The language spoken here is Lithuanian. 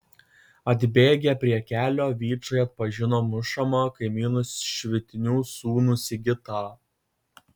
atbėgę prie kelio vyčai atpažino mušamą kaimynu švitinių sūnų sigitą